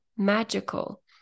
Magical